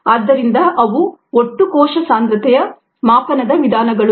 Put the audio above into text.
ಆದ್ದರಿಂದ ಅವು ಒಟ್ಟು ಕೋಶ ಸಾಂದ್ರತೆಯ ಮಾಪನದ ವಿಧಾನಗಳು